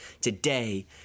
today